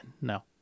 no